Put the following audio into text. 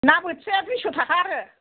ना बोथियाया दुइ स' थाखा आरो